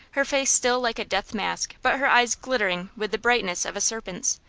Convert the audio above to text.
her face still like a death mask but her eyes glittering with the brightness of a serpent's,